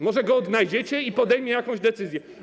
Może go odnajdziecie i podejmie jakąś decyzję?